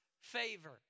favor